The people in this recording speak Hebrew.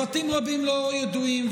פרטים רבים לא ידועים,